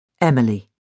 Emily